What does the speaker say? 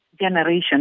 generation